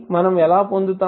మనము ఎలా పొందుతాము